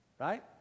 right